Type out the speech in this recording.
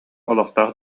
олохтоох